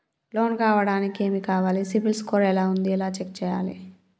Loan కావడానికి ఏమి కావాలి సిబిల్ స్కోర్ ఎలా ఉంది ఎలా చెక్ చేయాలి?